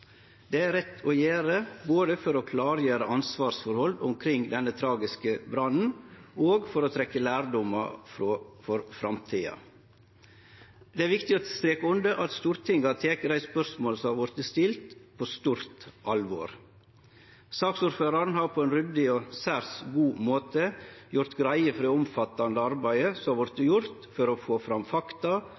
Det er rett å gjere, både for å klargjere ansvarsforholda omkring denne tragiske brannen og for å trekkje lærdom for framtida. Det er viktig å streke under at Stortinget har teke dei spørsmåla som har vorte stilte, på stort alvor. Saksordføraren har på ein ryddig og særs god måte gjort greie for det omfattande arbeidet som har vorte gjort for å få fram fakta